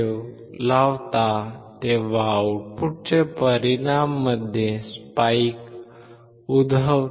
व्ह लावतो तेव्हा आउटपुटचा परिणाममध्ये स्पाइक उद्भवते